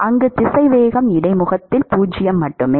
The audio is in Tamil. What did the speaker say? அங்கு திசைவேகம் இடைமுகத்தில் 0 மட்டுமே